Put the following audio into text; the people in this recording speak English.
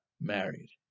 married